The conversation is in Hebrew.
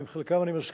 עם חלקם אני מסכים,